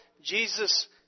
Jesus